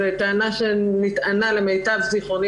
זו טענה שנטענה למיטב זכרוני,